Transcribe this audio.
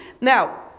Now